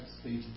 stage